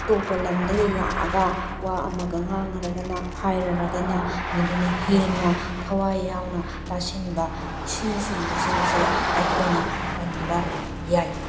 ꯑꯇꯣꯞꯄ ꯂꯝꯗꯒꯤ ꯂꯥꯛꯑꯒ ꯋꯥ ꯑꯃꯒ ꯉꯥꯡꯉꯔꯒꯅ ꯍꯥꯏꯔꯔꯒꯅ ꯃꯗꯨꯅ ꯍꯦꯟꯅ ꯊꯋꯥꯏ ꯌꯥꯎꯅ ꯇꯥꯁꯤꯟꯕ ꯑꯁꯤꯅ ꯆꯤꯡꯕꯁꯤꯡ ꯑꯁꯦ ꯑꯩꯈꯣꯏꯅ ꯄꯟꯕ ꯌꯥꯏ